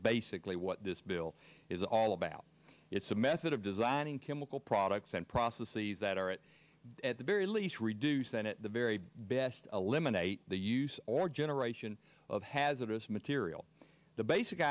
basically what this bill is all about it's a method of designing chemical products and processes that are at the very least reduce that at the very best eliminate the use or general of hazardous material the basic